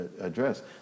address